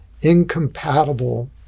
Incompatible